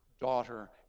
daughter